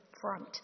front